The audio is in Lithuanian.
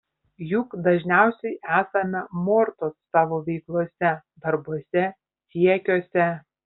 juk dažniausiai esame mortos savo veiklose darbuose siekiuose